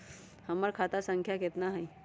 हमर खाता संख्या केतना हई?